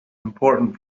important